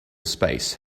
space